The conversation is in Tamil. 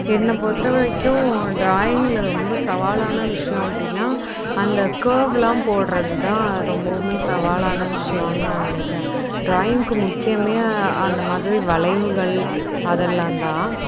என்னை பொறுத்தவரைக்கும் ட்ராயிங்கில் ரொம்ப சவாலான விஷயம் அப்படினா அந்த கர்வ்வெலாம் போடுவது தான் ரொம்பவுமே சவாலான விஷயனு நான் நினக்கிறன் ட்ராயிங்க்கு முக்கியமே அந்த மாதிரி வளைவுகள் அதெல்லாம் தான்